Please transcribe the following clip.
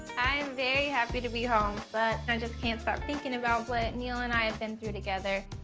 i am very happy to be home, but i just can't stop thinking about what neal and i have been through together.